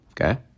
Okay